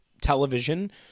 television